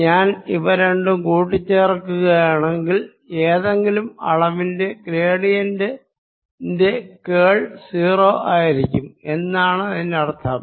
ഞാൻ ഇവ രണ്ടും കൂട്ടിച്ചേർക്കുകയാണെങ്കിൽ ഏതെങ്കിലും അളവിന്റെ ഗ്രേഡിയന്റിന്റെ കേൾ 0 ആയിരിക്കും എന്നാണർത്ഥം